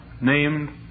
named